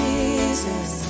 Jesus